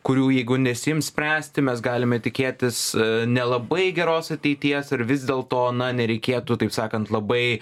kurių jeigu nesiims spręsti mes galime tikėtis nelabai geros ateities ar vis dėl to na nereikėtų taip sakant labai